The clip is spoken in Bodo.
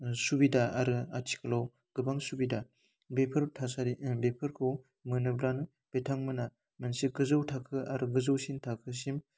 सुबिदा आरो आथिखालाव गोबां सुबिदा बेफोर थासारि बेफोरखौ मोनोब्लानो बिथांमोनहा मोनसे गोजौ थाखो आरो गोजौसिन थाखोसिम